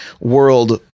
world